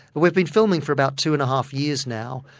we've been filming for about two-and-a-half years now,